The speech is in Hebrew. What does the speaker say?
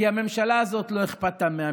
כי הממשלה הזאת, לא אכפת לה מהמתים,